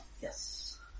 yes